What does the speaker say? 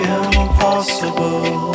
impossible